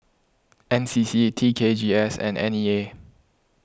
N C C T K G S and N E A